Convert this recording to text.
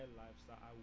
lifestyle